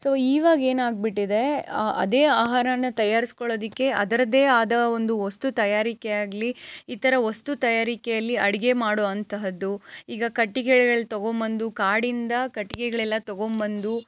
so ಈವಾಗ ಏನಾಗಿಬಿಟ್ಟಿದೆ ಅದೇ ಆಹಾರನ ತಯಾರ್ಸ್ಕೊಳೊದಕ್ಕೆ ಅದರದೇ ಆದ ಒಂದು ವಸ್ತು ತಯಾರಿಕೆ ಆಗಲಿ ಈ ಥರ ವಸ್ತು ತಯಾರಿಕೆಯಲ್ಲಿ ಅಡುಗೆ ಮಾಡುವಂತಹದ್ದು ಈಗ ಕಟ್ಟಿಗೆಗಳು ತಗೊಂಬಂದು ಕಾಡಿನಿಂದ ಕಟ್ಟಿಗೆಗಳೆಲ್ಲ ತಗೊಂಬಂದು